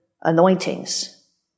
anointings